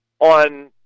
On